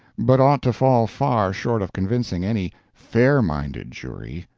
but ought to fall far short of convincing any fair-minded jury.